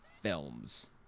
films